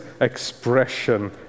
expression